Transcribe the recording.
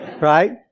Right